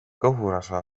kõhurasva